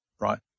right